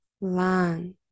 land